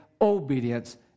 obedience